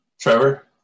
Trevor